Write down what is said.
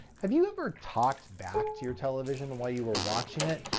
have you ever talked back to your television while you were watching it?